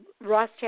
Ross